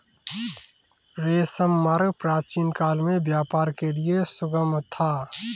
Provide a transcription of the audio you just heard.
रेशम मार्ग प्राचीनकाल में व्यापार के लिए सुगम था